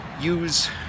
use